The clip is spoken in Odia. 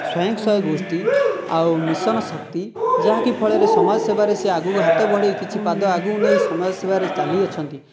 ସ୍ଵୟଂସହାୟକ ଗୋଷ୍ଠୀ ଆଉ ମିଶନ ଶକ୍ତି ଯାହାକି ଫଳରେ ସମାଜ ସେବାରେ ସେ ଆଗକୁ ହାତ ବଢ଼େଇ କିଛି ପାଦ ଆଗକୁ ନେଇ ସମାଜ ସେବାରେ ଚାଲି ଅଛନ୍ତି